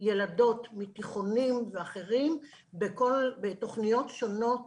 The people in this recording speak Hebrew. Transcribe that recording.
ילדות מתיכונים ואחרים בכל מיני תוכניות שונות